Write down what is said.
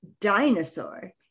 dinosaur